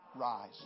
rise